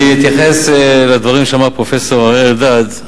אני אתייחס לדברים שאמר פרופסור אריה אלדד.